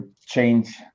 change